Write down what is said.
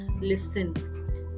listen